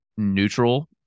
neutral